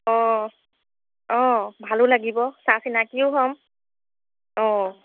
অঁ অঁ ভালো লাগিব চা চিনাকিও হ'ম অঁ